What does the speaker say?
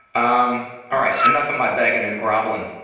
um all right. enough of my begging and groveling.